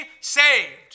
saved